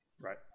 right